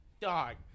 dog